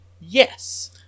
yes